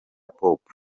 pop